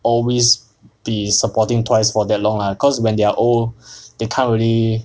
always be supporting twice for that long lah cause when they are old they can't really